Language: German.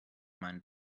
meinen